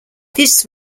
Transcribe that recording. this